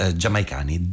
giamaicani